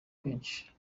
keshi